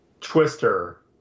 Twister